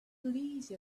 please